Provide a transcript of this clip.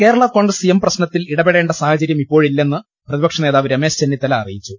Kerala Congress M പ്രശ്നത്തിൽ ഇടപെടേണ്ട സാഹ ചര്യം ഇപ്പോഴില്ലെന്ന് പ്രതിപക്ഷനേതാവ് രമേശ് ചെന്നിത്തല അറി യിച്ചു